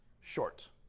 short